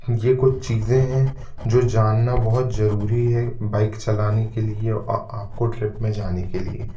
ये कुछ चीज़ें हैं जो जानना बहुत जरूरी है बाइक चलाने के लिए और आपको ट्रिप में जाने के लिए